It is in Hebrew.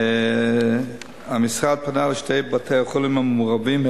המשרד פנה אל שני בתי-החולים המעורבים,